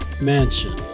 Mansion